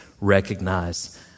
recognize